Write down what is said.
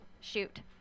shoot